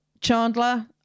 Chandler